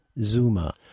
Zuma